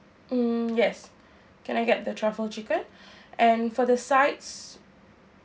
mm yes can I get the truffle chicken and for the sides